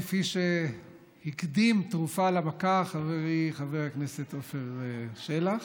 כפי שהקדים תרופה למכה חברי חבר הכנסת עפר שלח,